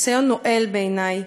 ניסיון נואל בעיני,